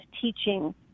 teaching